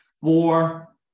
four